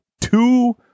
two